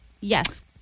Yes